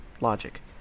logic